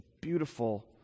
beautiful